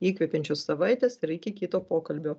įkvepiančios savaitės ir iki kito pokalbio